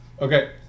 Okay